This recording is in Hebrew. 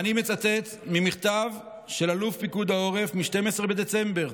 ואני מצטט ממכתב של אלוף פיקוד העורף מ-12 בדצמבר: